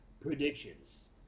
Predictions